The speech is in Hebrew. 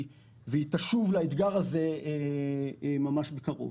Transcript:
והיא תשוב לאתגר הזה ממש בקרוב.